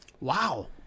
Wow